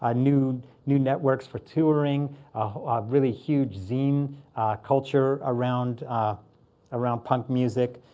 ah new new networks for touring, a really huge zine culture around around punk music.